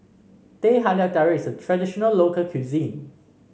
Teh Halia Tarik is a traditional local cuisine